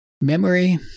Memory